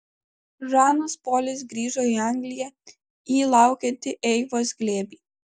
žanas polis grįžo į angliją į laukiantį eivos glėbį